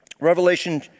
Revelation